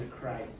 Christ